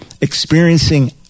experiencing